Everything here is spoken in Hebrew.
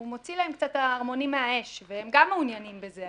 מוציא להן קצת את הערמונים מן האש והן גם מעוניינות בזה,